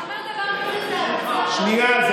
כשאתה אומר דבר כזה, זה הלצה, שנייה.